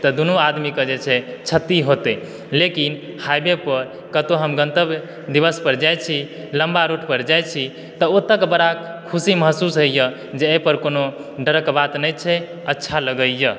तऽ दुनू आदमीके जे छै क्षति होतै लेकिन हाइवे पर कतौ हम गंतव्य दिवस पर जाइ छी लम्बा रूट पर जाइ छी तऽ ओतऽ के बड़ा ख़ुशी महसूस होइया जे एहि पर कोनो डरक बात नहि छै अच्छा लगैया